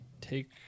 take